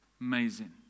amazing